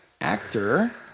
actor